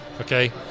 Okay